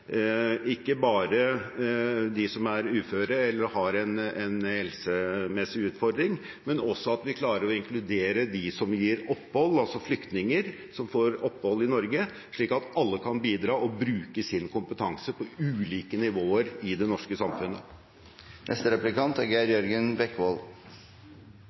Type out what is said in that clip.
ikke bare klarer å inkludere de som er uføre eller har en helsemessig utfordring, men at vi også klarer å inkludere de som vi gir opphold, altså flyktninger som får opphold i Norge, slik at alle kan bidra og bruke sin kompetanse på ulike nivåer i det norske samfunnet. Det viktigste vi kan gjøre for å redusere ulikhet i samfunnet, er